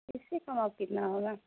اس سے کم اب کتنا ہوگا